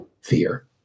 Fear